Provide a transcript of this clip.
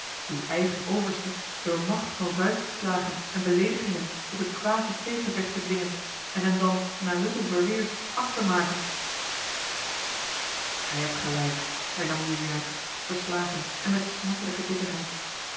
uw eigen overste door macht van vuistslagen en beleedigingen tot een quasi tweegevecht te dwingen en hem dan na luttel verweers af te maken gij hebt gelijk hernam juliaan verslagen en met smartelijke bitterheid